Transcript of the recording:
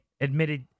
admitted